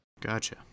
gotcha